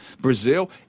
Brazil